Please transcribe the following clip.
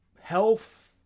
health